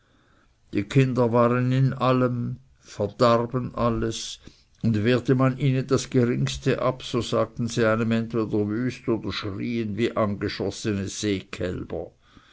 die kinder waren in allem verdarben alles und wehrte man ihnen das geringste ab so sagten sie einem entweder wüst oder schrien wie angeschossene